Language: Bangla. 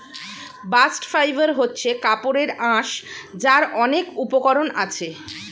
বাস্ট ফাইবার হচ্ছে কাপড়ের আঁশ যার অনেক উপকরণ আছে